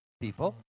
people